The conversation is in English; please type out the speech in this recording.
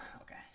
Okay